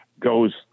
goes